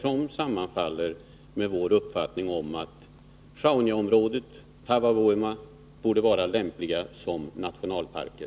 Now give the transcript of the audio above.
De sammanfaller med vår uppfattning, nämligen att Sjaunjaområdet och Taavavuoma borde vara lämpliga som nationalparker.